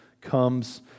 comes